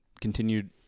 continued